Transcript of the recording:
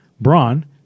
braun